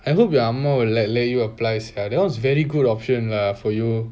I hope your அம்மா:amma will let let you applies ya that was very good option lah for you